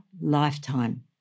lifetime